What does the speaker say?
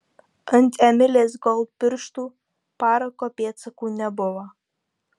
ant emilės gold pirštų parako pėdsakų nebuvo